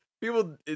people